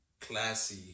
classy